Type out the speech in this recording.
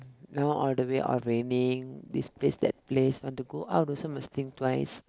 now all the way all raining this place that place want to go out also must think twice